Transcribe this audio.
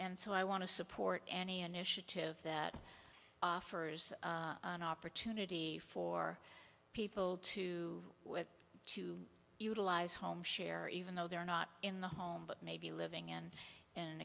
and so i want to support any initiative that offers an opportunity for people to with to utilize homeshare even though they're not in the home but maybe living in an